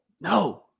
No